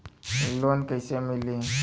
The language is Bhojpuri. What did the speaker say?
लोन कईसे मिली?